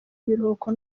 ibiruhuko